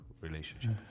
relationship